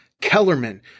Kellerman